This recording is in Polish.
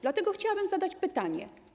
Dlatego chciałabym zadać pytanie.